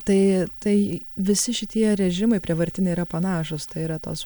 tai tai visi šitie režimai prievartiniai yra panašūs tai yra tos